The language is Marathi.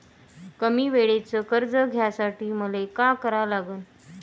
कमी वेळेचं कर्ज घ्यासाठी मले का करा लागन?